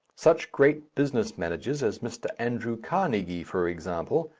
such great business managers as mr. andrew carnegie, for example,